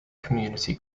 community